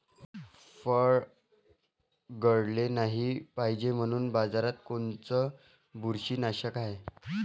फळं गळाले नाही पायजे म्हनून बाजारात कोनचं बुरशीनाशक हाय?